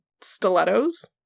stilettos